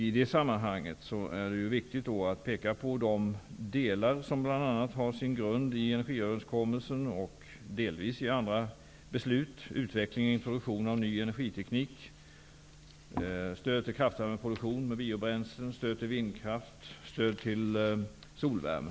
I det sammanhanget är det viktigt att peka på de delar som har sin grund bl.a. i energiöverenskommelsen och i andra beslut. Det gäller utveckling och introduktion av ny energiteknik, stöd till kraftvärmeproduktion med biobränslen, stöd till vindkraft och stöd till solvärme.